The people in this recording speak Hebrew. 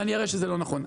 ואני אראה שזה לא נכון.